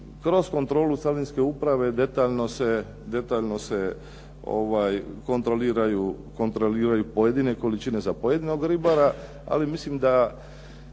kroz kontrolu carinske uprave detaljno se kontroliraju pojedine količine za pojedinog ribara ali mislim da